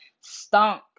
stunk